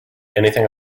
anything